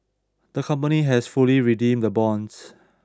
the company has fully redeemed the bonds